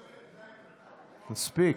מספיק.